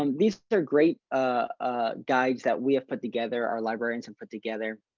um these are great ah guides that we have put together, our librarians and put together,